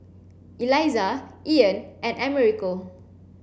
Eliza Ean and Americo